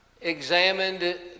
examined